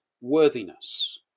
worthiness